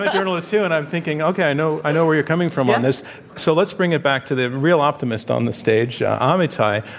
journalist, too, and i'm thinking, okay, i know i know where you're coming from on this. but so let's bring it back to the real optimist on the stage, amitai.